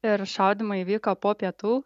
ir šaudymai vyko po pietų